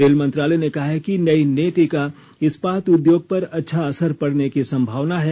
rail मंत्रालय ने कहा है कि नई नीति का इस्पाात उद्योग पर अच्छा असर पडने की संभावना है